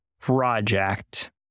project